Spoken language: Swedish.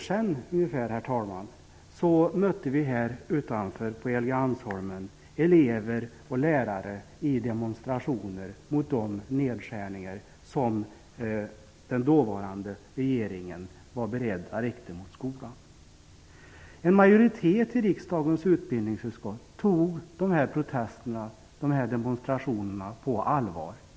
För ungefär tio år sedan mötte vi här utanför på Helgeandsholmen elever och lärare i demonstrationer mot de nedskärningar som den dåvarande regeringen var beredd att rikta mot skolan. En majoritet i riksdagens utbildningsutskott tog dessa protester och demonstrationer på allvar.